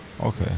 Okay